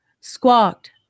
squawked